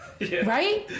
Right